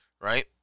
right